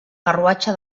carruatge